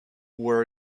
where